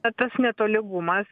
tas netolygumas